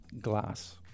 glass